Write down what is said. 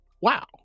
Wow